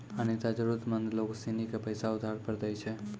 अनीता जरूरतमंद लोग सिनी के पैसा उधार पर दैय छै